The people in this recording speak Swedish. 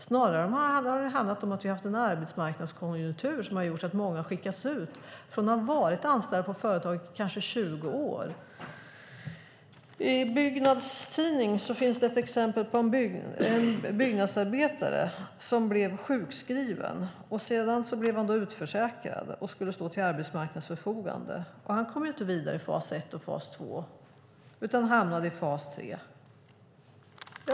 Snarare har det handlat om att vi har haft en arbetsmarknadskonjunktur som har gjort att många har skickats ut från att ha varit anställda på företaget i kanske 20 år. I Byggnads tidning finns det ett exempel på en byggnadsarbetare som blev sjukskriven. Sedan blev han utförsäkrad och skulle stå till arbetsmarknadens förfogande. Han kom inte vidare i fas 1 och fas 2 utan hamnade i fas 3.